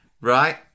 right